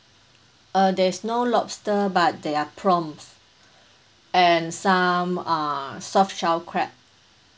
uh there is no lobster but there are prawn and some err soft shell crab